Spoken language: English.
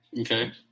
Okay